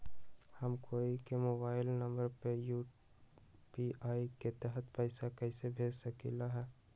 हम कोई के मोबाइल नंबर पर यू.पी.आई के तहत पईसा कईसे भेज सकली ह?